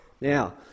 Now